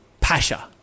Pasha